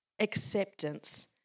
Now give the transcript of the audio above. Acceptance